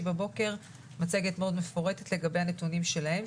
בבוקר מצגת מאוד מפורטת לגבי הנתונים שלהם,